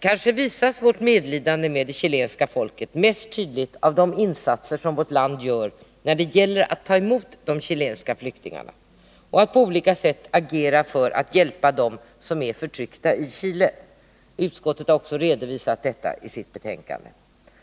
Kanske visas vårt medlidande med det chilenska folket mest tydligt av de insatser som vårt land gör när det gäller att ta emot de chilenska flyktingarna och på olika sätt agera för att hjälpa dem som är förtryckta i Chile. Utskottet har också redovisat detta i sitt betänkande.